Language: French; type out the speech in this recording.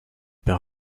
pain